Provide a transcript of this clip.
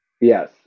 Yes